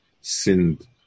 sinned